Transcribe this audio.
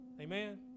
Amen